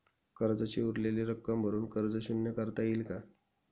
कर्जाची उरलेली रक्कम भरून कर्ज शून्य करता येईल का?